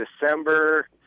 December